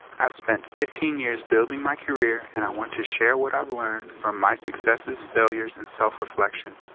i've spent fifteen years building my career, and i want to share what i've learned from my successes, failures, and self-reflection.